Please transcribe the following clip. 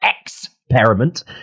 Experiment